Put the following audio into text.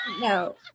No